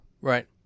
right